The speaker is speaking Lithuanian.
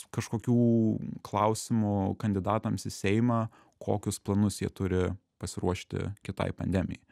kažkokių klausimų kandidatams į seimą kokius planus jie turi pasiruošti kitai pandemijai